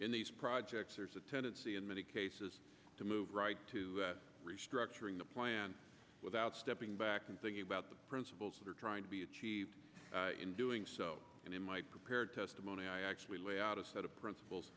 in these projects there's a tendency in many cases to move right to restructuring the plan without stepping back and thinking about the principles that are trying to be achieved in doing so and in my prepared testimony i actually lay out a set of principles